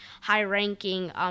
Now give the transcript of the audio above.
high-ranking